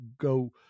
go